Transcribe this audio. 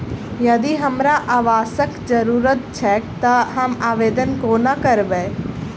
यदि हमरा आवासक जरुरत छैक तऽ हम आवेदन कोना करबै?